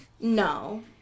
no